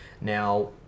Now